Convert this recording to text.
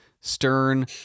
Stern